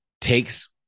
takes